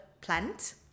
plant